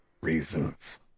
reasons